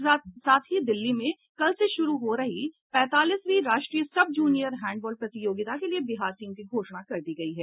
इसके साथ ही दिल्ली में कल से शुरू हो रही पैंतीसवीं राष्ट्रीय सब जूनियर हैंडबॉल प्रतियोगिता के लिए बिहार टीम की घोषणा कर दी गयी है